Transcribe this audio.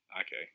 Okay